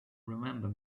remember